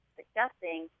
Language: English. suggesting